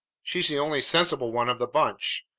she's the only sensible one of the bunch,